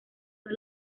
son